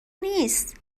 نیست